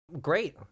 Great